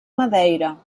madeira